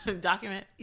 Document